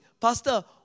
Pastor